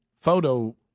photo